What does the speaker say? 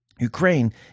Ukraine